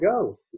go